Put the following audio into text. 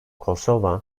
kosova